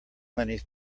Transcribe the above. many